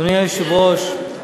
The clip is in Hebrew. אתה מקיים הסכמים, אדוני היושב-ראש,